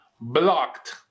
blocked